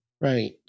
Right